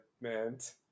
meant